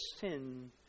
sin